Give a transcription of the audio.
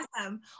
awesome